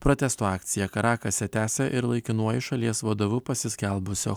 protesto akciją karakase tęsia ir laikinuoju šalies vadovu pasiskelbusio